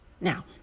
now